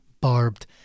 barbed